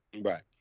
Right